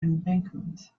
embankment